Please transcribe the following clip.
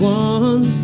one